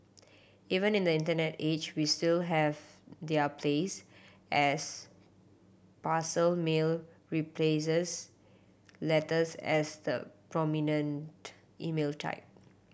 even in the internet age we still have their place as parcel mail replaces letters as the prominent email type